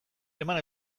eman